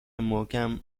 محکم